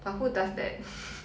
but who does that